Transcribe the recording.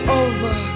over